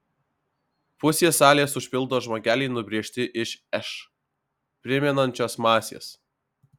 pusę salės užpildo žmogeliai nubrėžti iš š primenančios masės